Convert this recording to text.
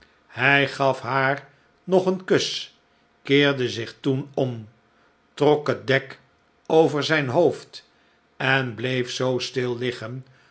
hij gaf haar nog een kus keerde zich toen om trok het dek over zijn hoofd en bleef zoo stil